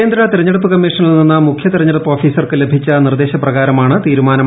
കേന്ദ്ര തിരഞ്ഞെടുപ്പ് കമ്മീഷനിൽ നിന്ന് മുഖ്യ തിരഞ്ഞെടുപ്പ് ഓഫീസർക്ക് ലഭിച്ച നിർദ്ദേശ പ്രകാരമാണ് തീരുമാനം